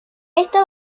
esta